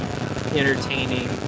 entertaining